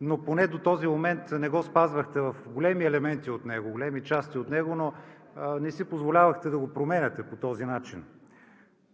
но поне до този момент не го спазвахте в много големи елементи от него, в големи части от него, но не си позволявахте да го променяте.